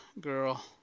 girl